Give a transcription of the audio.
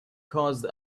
caused